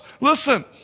listen